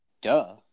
Duh